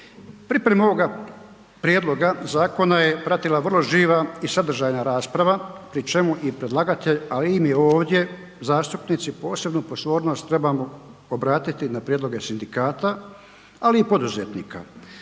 Priprema ovoga prijedloga zakona je pratila vrlo živa i sadržajna rasprava pri čemu i predlagatelj, ali i mi ovdje zastupnici posebnu pozornost trebamo obratiti na prijedloge sindikata, ali i poduzetnika,